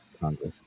Congress